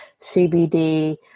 CBD